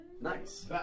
Nice